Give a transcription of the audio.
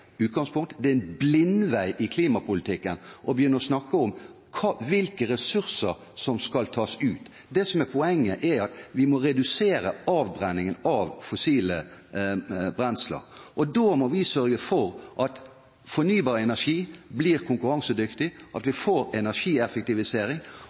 utgangspunkt. Det er en blindvei i klimapolitikken å begynne å snakke om hvilke ressurser som skal tas ut. Det som er poenget, er at vi må redusere avbrenningen av fossile brensler. Da må vi sørge for at fornybar energi blir konkurransedyktig, at